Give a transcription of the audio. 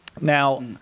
Now